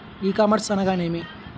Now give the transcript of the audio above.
ఈ కామర్స్ అనగానేమి?